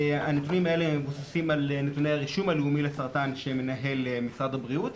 הנתונים האלה מבוססים על נתוני הרישום הלאומי לסרטן שמנהל משרד הבריאות,